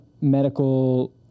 medical